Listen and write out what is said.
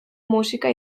musika